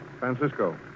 Francisco